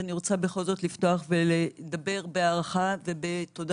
ואני רוצה בכל זאת לפתוח ולדבר בהערכה ובתודה